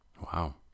wow